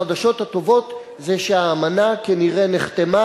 החדשות הטובות זה שהאמנה כנראה נחתמה,